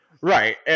right